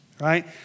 Right